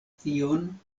tion